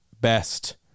best